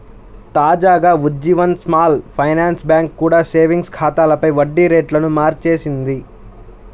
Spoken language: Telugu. తాజాగా ఉజ్జీవన్ స్మాల్ ఫైనాన్స్ బ్యాంక్ కూడా సేవింగ్స్ ఖాతాలపై వడ్డీ రేట్లను మార్చేసింది